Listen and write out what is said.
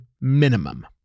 minimum